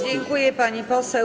Dziękuję, pani poseł.